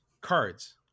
cards